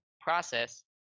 process